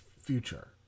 future